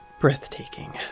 breathtaking